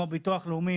כמו ביטוח לאומי,